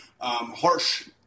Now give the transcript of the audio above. harsh